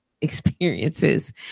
experiences